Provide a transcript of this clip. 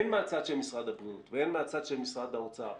הן מהצד של משרד הבריאות והן מהצד של משרד האוצר,